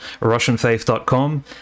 RussianFaith.com